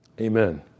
Amen